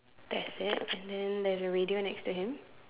that's it and then there's a radio next to him